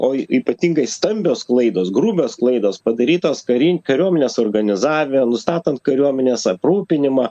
o ypatingai stambios klaidos grubios klaidos padarytos karin kariuomenės organizavę nustatant kariuomenės aprūpinimą